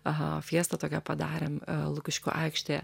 aha fiestą tokią padarėm lukiškių aikštėje